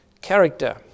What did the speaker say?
character